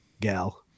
gal